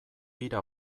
bira